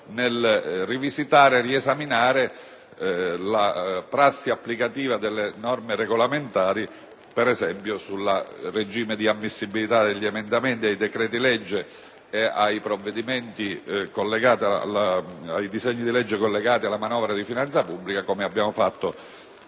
rivisitata e riesaminata la prassi applicativa delle norme regolamentari, per esempio, sul regime dell'ammissibilità degli emendamenti, dei decreti-legge e dei provvedimenti collegati alla manovra di finanza pubblica, come è accaduto nei